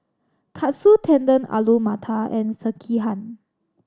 Katsu Tendon Alu Matar and Sekihan